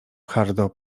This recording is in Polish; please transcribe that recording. hardo